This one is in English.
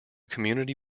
community